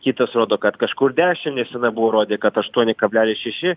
kitos rodo kad kažkur dešinę bu rodė kad aštuoni kablelis šeši